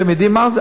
אתם יודעים מה זה?